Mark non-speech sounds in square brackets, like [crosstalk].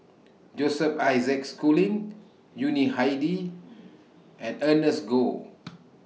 Joseph Isaac Schooling Yuni Hadi and Ernest Goh [noise]